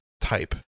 type